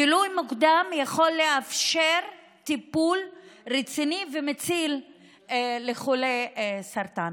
גילוי מוקדם יכול לאפשר טיפול רציני ומציל לחולי סרטן.